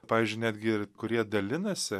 pavyzdžiui netgi ir kurie dalinasi